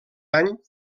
any